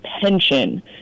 pension